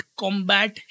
combat